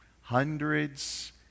Hundreds